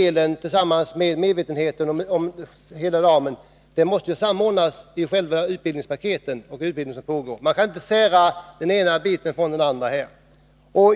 och medvetenheten om konsekvenserna av datateknikens användning måste samordnas inom ramen för utbildningspaketet. Man kan inte sära den ena biten från den andra.